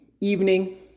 evening